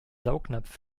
saugnapf